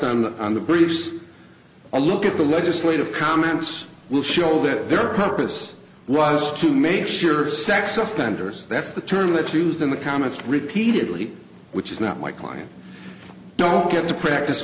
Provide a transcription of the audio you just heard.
the on the briefs a look at the legislative comments will show that their purpose was to make sure of sex offenders that's the term that's used in the comments repeatedly which is not my clients don't get to practice